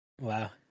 Wow